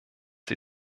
sie